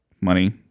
money